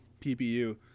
PPU